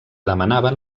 demanaven